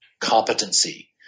competency